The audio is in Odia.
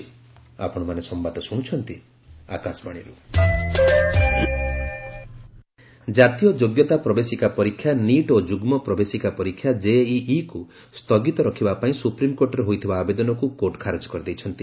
ନିଟ୍ ଜେଇଇ ଜାତୀୟ ଯୋଗ୍ୟତା ପ୍ରବେଶିକା ପରୀକ୍ଷା ନିଟ୍ ଓ ଯୁଗ୍ମ ପ୍ରବେଶିକା ପରୀକ୍ଷା କେଇଇକୁ ସ୍ଥଗିତ ରଖିବା ପାଇଁ ସୁପ୍ରିମକୋର୍ଟରେ ହୋଇଥିବା ଆବେଦନକୁ କୋର୍ଟ ଖାରଜ କରିଦେଇଛନ୍ତି